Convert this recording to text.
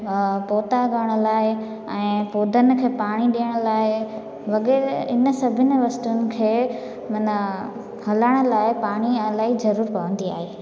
अ पौधा करण लाइ ऐं पौधनि खे पाणी ॾियण लाइ बग़ैर हिन सभिनि वस्तुनि खे माना हलण लाइ पाणी इलाही ज़रूरु पवंदी आहे